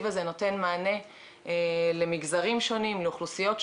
שאפשר יהיה לפתוח את התיק רק אחרי ניסיון אחד של מסירת ההתראה.